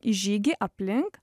į žygį aplink